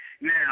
Now